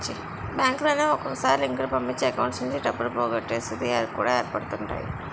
బ్యాంకులనేవి ఒక్కొక్కసారి లింకులు పంపించి అకౌంట్స్ నుంచి డబ్బులు పోగొట్టే స్థితి కూడా ఏర్పడుతుంటాయి